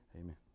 Amen